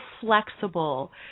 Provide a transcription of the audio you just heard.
flexible